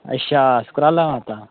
अच्छा सुकराला माता